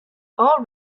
all